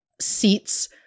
seats